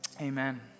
Amen